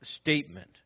statement